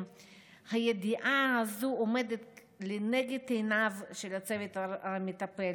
הידיעה הזו עומדת לנגד עיניו של הצוות המטפל.